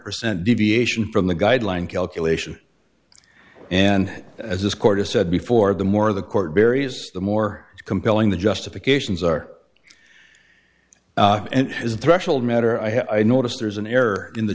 percent deviation from the guideline calculation and as this court has said before the more the court buries the more compelling the justifications are and is a threshold matter i notice there's an error in the